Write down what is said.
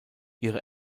ihre